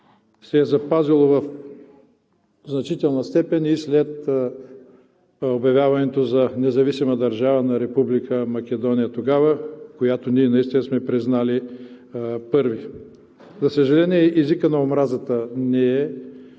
се е запазило в значителна степен и след обявяването за независима държава на Република Македония тогава, която ние наистина сме признали първи. За съжаление, езикът на омразата не е